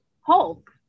hulk